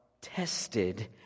tested